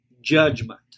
judgment